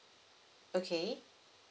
okay